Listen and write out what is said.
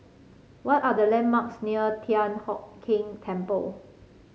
what are the landmarks near Thian Hock Keng Temple